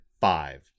Five